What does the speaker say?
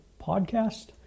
podcast